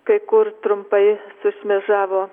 kai kur trumpai sušmėžavo